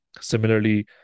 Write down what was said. Similarly